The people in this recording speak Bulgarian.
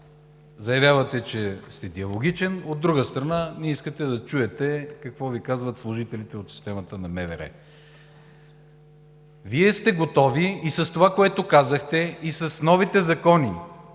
заявявате, че сте диалогичен, от друга страна не искате да чуете какво Ви казват служителите от системата на МВР. Вие сте готови и с това, което казахте, и с новите закони,